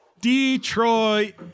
Detroit